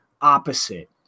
opposite